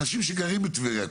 אנשים שגרים בטבריה,